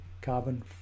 carbon